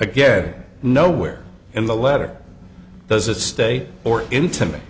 again nowhere in the letter does it state or intimate